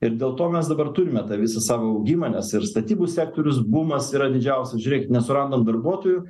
ir dėl to mes dabar turime tą visą savo augimą nes ir statybų sektoriaus bumas yra didžiausias žiūrėkit nesurandam darbuotojų